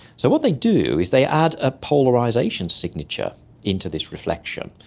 so what they do is they add a polarisation signature into this reflection,